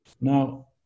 Now